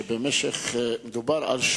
ושם דברים שצריך לעשות אתה אומר בלב